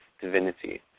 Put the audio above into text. divinity